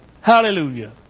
Hallelujah